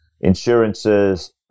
insurances